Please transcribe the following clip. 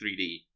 3D